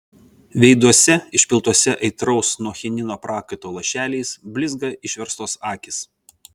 veiduose išpiltuose aitraus nuo chinino prakaito lašeliais blizga išverstos akys